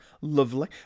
lovely